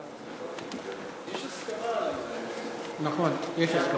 יש הסכמה על, נכון, יש הסכמה.